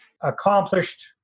accomplished